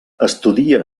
estudia